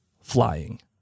flying